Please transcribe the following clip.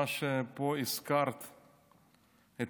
מה שהזכרת פה,